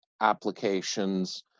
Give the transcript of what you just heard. applications